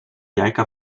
jajka